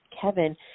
Kevin